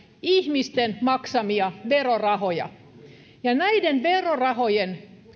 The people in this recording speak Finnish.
ihmisten maksamia verorahoja näitä verorahoja